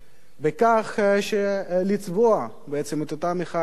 ובכך לצבוע בעצם את אותה מחאה חברתית